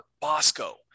Bosco